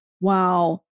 Wow